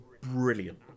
brilliant